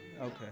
okay